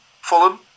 Fulham